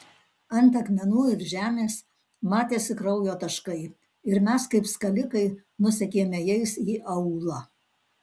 ant akmenų ir žemės matėsi kraujo taškai ir mes kaip skalikai nusekėme jais į aūlą